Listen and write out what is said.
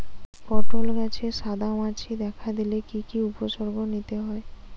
পটল গাছে সাদা মাছি দেখা দিলে কি কি উপসর্গ নিতে হয়?